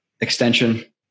Extension